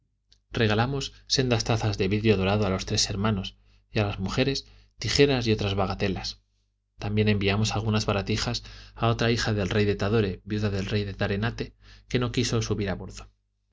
regalamos sendas tazas de vidrio dorado a los tres hermanos y a las mujeres tijeras y otras bagatelas también enviamos algunas baratijas a otra hija del rey de tadore viuda del rey de tarenate que no quiso subir a bordo